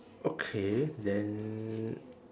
okay then